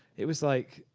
it was like,